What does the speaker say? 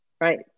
right